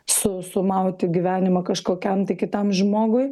su sumauti gyvenimą kažkokiam kitam žmogui